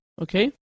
okay